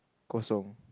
kosong